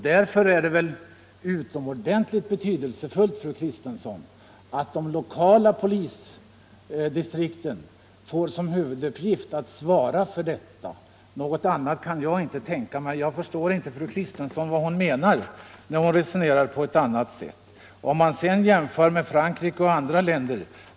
Därför är det väl utomordentligt betydelsefullt, fru Kristensson, att de lokala polisdistrikten får som huvuduppgift att svara för denna verksamhet. Något annat kan jag inte tänka mig, och jag förstår inte vad fru Kristensson menar med sitt resonemang. Sedan tycker jag inte att vi behöver tala om Frankrike och andra länder.